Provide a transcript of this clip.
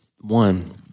One